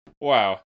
Wow